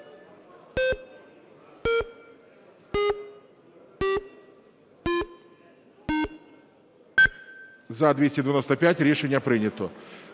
За-287 Рішення прийнято.